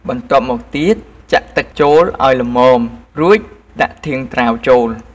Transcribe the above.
បន្ទាប់មកទៀត ចាក់ទឹកចូលឱ្យល្មម រួចដាក់ធាងត្រាវចូល។